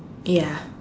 ya